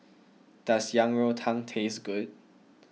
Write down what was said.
does Yang Rou Tang taste good